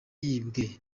yibwe